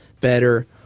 better